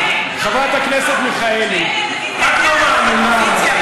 חברת הכנסת מיכאלי, את לא מאמינה.